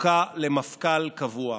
זקוקה למפכ"ל קבוע.